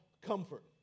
comfort